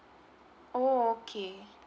oh okay